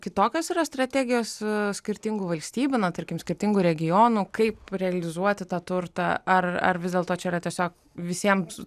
kitokios yra strategijos skirtingų valstybių na tarkim skirtingų regionų kaip realizuoti tą turtą ar ar vis dėlto čia yra tiesiog visiems